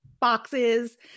boxes